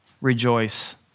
rejoice